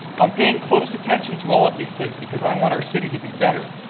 i'm paying close attention to all of these things because i want our city to be better.